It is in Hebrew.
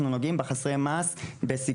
אנחנו נוגעים בחסרי מעש בסיכון.